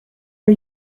are